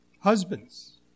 Husbands